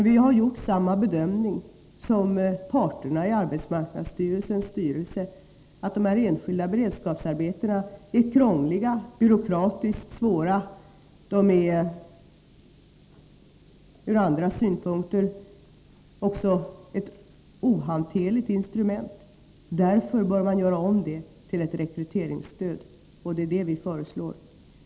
Vi har gjort samma bedömning som parterna i arbetsmarknadsstyrelsens styrelse, att de här enskilda beredskapsarbetena är krångliga och byråkratiskt svåra. Och också ur andra synpunkter utgör de ett ohanterligt instrument. Därför bör vi göra om dem till ett rekryteringsstöd, och det är det vi föreslår.